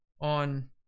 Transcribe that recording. on